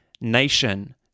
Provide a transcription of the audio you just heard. nation